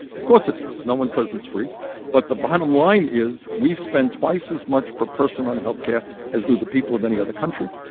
of course it does. no one says it's free but the bottom line is we spend twice as much per person on health care as do the people of any other country.